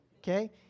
Okay